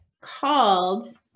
called